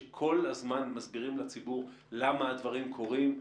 שכל הזמן מסבירים לציבור למה הדברים קורים,